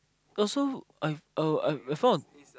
also I uh I I found